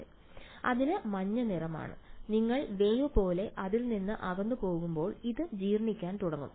ഉത്ഭവം അതിന് മഞ്ഞ നിറമാണ് നിങ്ങൾ വേവ് പോലെ അതിൽ നിന്ന് അകന്നുപോകുമ്പോൾ അത് ജീർണിക്കാൻ തുടങ്ങും